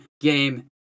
game